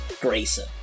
Grayson